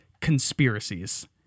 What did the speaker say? conspiracies